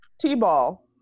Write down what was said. t-ball